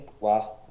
last